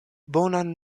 bonan